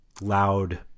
loud